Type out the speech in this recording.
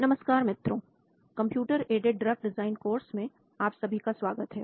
नमस्कार मित्रों computer aided drug design course में आप सभी का स्वागत है